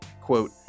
Quote